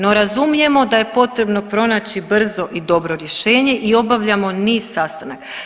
No, razumijemo da je potrebno pronaći brzo i dobro rješenje i obavljamo niz sastanaka.